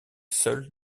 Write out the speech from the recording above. seul